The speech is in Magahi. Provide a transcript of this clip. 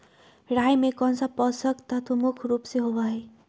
राई में कौन सा पौषक तत्व मुख्य रुप से होबा हई?